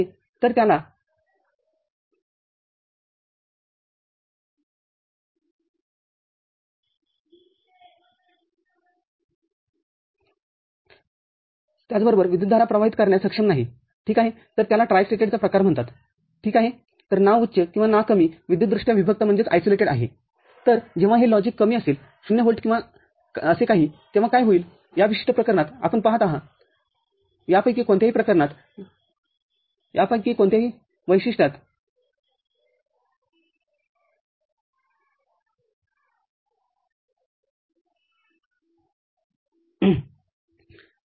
तर त्याला ट्राय स्टेटेडचा प्रकार म्हणतात ठीक आहे